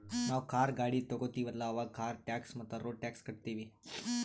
ನಾವ್ ಕಾರ್, ಗಾಡಿ ತೊಗೋತೀವಲ್ಲ, ಅವಾಗ್ ಕಾರ್ ಟ್ಯಾಕ್ಸ್ ಮತ್ತ ರೋಡ್ ಟ್ಯಾಕ್ಸ್ ಕಟ್ಟತೀವಿ